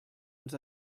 ens